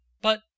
But—